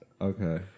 Okay